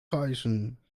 reißen